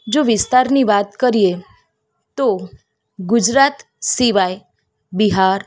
જો વિસ્તારની વાત કરીએ તો ગુજરાત સિવાય બિહાર